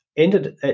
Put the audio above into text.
Ended